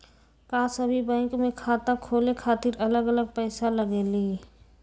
का सभी बैंक में खाता खोले खातीर अलग अलग पैसा लगेलि?